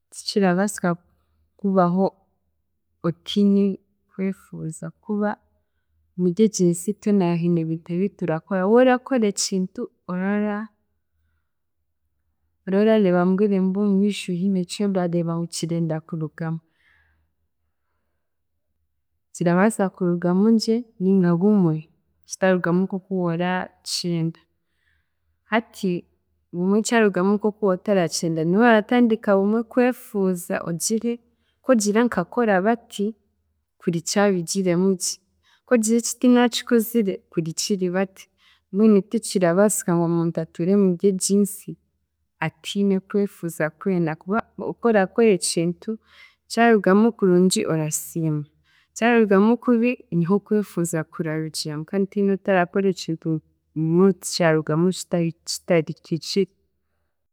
Tikirabaasika kubaho otiine kwefuuza kuba muryenginsi twena hiine ebintu ebiturakora, woorakora ekintu, orora oroorareeba mu bwire bw'omumiisho hiine eki orareeba ngu kirenda kurugamu, kirabaasa kurugamu gye ninga bumwe kitaarugamu nk'oku waarakyenda. Hati bumwe kyarugamu nk'oku wootarakyenda niho oratandika bumwe kwefuuza ogire kwogire nkakora bati, kuri kyarugiremu gye, kwogire eki tinaakikozire, kuri kiri bati mbwenu tikirabaasika ngu omuntu atuure muryeginsi atiine kwefuuza kwena akuba okworakora ekintu, kyarugamu kurungi orasiima kyarugamu kubi niho okwefuuza kurarugiramu kandi tihiine otarakora ekintu ngu niho tikyarugamu kitahi kitarigye ki-